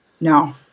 No